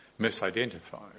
misidentified